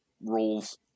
rules